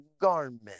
garment